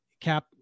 cap